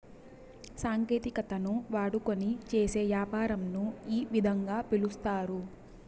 సాంకేతికతను వాడుకొని చేసే యాపారంను ఈ విధంగా పిలుస్తారు